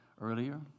earlier